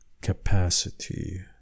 capacity